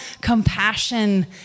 compassion